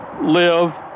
live